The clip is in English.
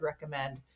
recommend